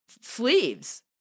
sleeves